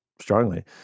strongly